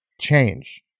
change